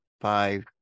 five